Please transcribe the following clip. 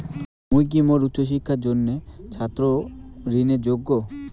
মুই কি মোর উচ্চ শিক্ষার জিনে ছাত্র ঋণের যোগ্য?